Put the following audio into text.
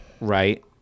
Right